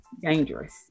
dangerous